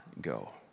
go